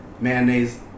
mayonnaise